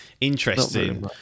Interesting